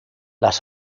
las